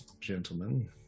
gentlemen